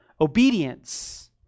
obedience